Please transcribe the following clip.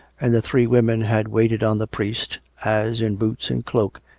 and the three women had waited on the priest, as, in boots and cloak,